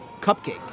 cupcake